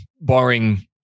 Barring